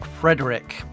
Frederick